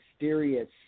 mysterious